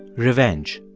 revenge.